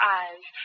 eyes